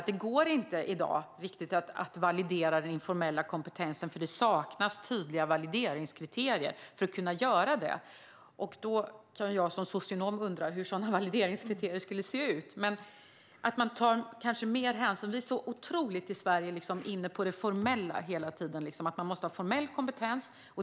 I dag går det ju inte att validera den informella kompetensen eftersom det saknas tydliga valideringskriterier för att kunna göra det. Jag som socionom kan ju undra hur sådana valideringskriterier skulle se ut, men vi kanske ska ta mer hänsyn till detta. I Sverige är vi så otroligt inne på det formella hela tiden - man måste ha formell kompetens.